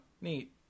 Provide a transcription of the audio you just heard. neat